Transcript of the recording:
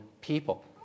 people